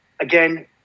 again